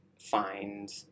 find